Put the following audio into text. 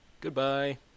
Goodbye